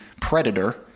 Predator